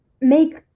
make